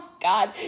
God